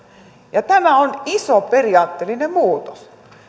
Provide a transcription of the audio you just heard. tämä on iso periaatteellinen muutos